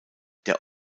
der